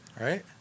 Right